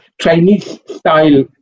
Chinese-style